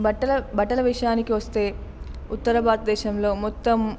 బట్టల బట్టల విషయానికివస్తే ఉత్తర భారతదేశంలో మొత్తం